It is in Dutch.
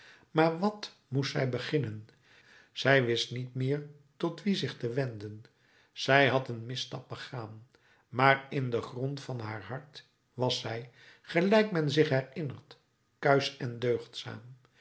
maar wat moest zij beginnen zij wist niet meer tot wien zich te wenden zij had een misstap begaan maar in den grond van haar hart was zij gelijk men zich herinnert kuisch en